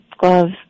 gloves